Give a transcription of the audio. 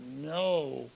no